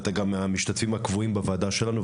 אתה גם מהמשתתפים הקבועים בוועדה שלנו,